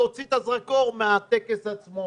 כדי לא להוריד את הזרקור מן הטקס עצמו.